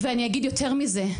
ואני אגיד יותר מזה,